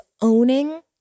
owning